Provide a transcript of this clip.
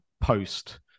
post